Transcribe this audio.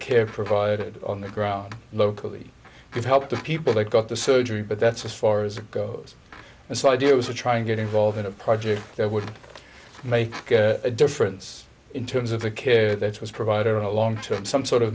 care provided on the ground locally could help the people that got the surgery but that's as far as it goes and so i do is to try and get involved in a project that would make a difference in terms of the care that was provided along to some sort of